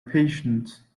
patient